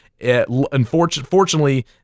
unfortunately